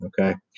Okay